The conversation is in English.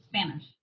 Spanish